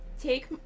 take